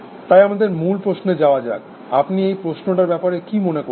তাই আমাদের মূল প্রশ্নে যাওয়া যাক আপনি এই প্রশ্নটার ব্যাপারে কি মনে করছেন